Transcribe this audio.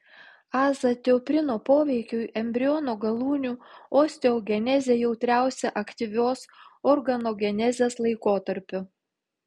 azatioprino poveikiui embriono galūnių osteogenezė jautriausia aktyvios organogenezės laikotarpiu